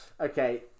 Okay